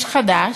יש חדש.